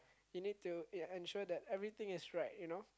you need to ensure that everything is right you know